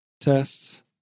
tests